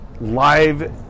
live